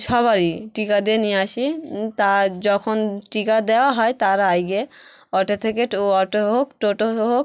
সবারই টিকা দে নিয়ে আসি তা যখন টিকা দেওয়া হয় তার আগে অটো থেকে টো অটোয় হোক টোটোয় হোক